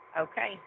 Okay